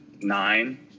nine